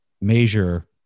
measure